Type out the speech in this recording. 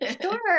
Sure